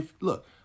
Look